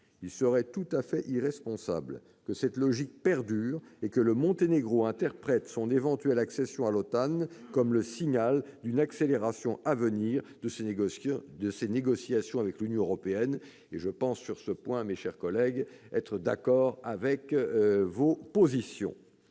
Il serait tout à fait irresponsable que cette logique perdure et que le Monténégro interprète son éventuelle accession à l'OTAN comme le signal d'une accélération à venir de ses négociations avec l'Union européenne. Je pense que, sur ce point, nous sommes d'accord, mes chers collègues.